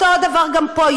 אותו הדבר גם פה,